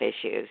issues